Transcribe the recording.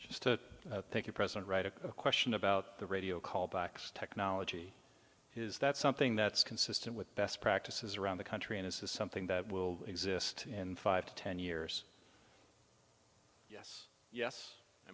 just a thank you president right a question about the radio callbacks technology is that something that's consistent with best practices around the country and is this something that will exist in five to ten years yes yes i